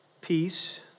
peace